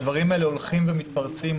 הדברים האלה הולכים ומתפרצים.